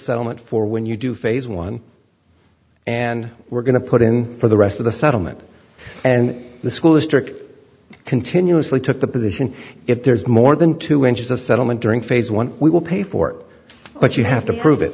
settlement for when you do phase one and we're going to put in for the rest of the settlement and the school district continuously took the position if there's more than two inches of settlement during phase one we will pay for it but you have to prove it